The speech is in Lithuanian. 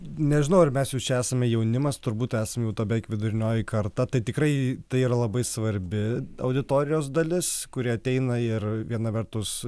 nežinau ar mes jau čia esame jaunimas turbūt esame jau ta beveik vidurinioji karta tai tikrai tai yra labai svarbi auditorijos dalis kuri ateina ir viena vertus